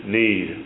need